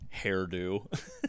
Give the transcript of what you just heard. hairdo